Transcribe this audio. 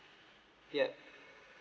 ya